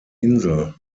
insel